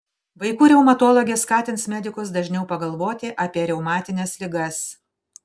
vaikų reumatologė skatins medikus dažniau pagalvoti apie reumatines ligas